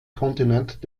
kontinent